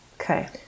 Okay